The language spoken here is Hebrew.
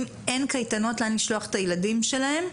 אין קייטנות לאן לשלוח את הילדים שלהם,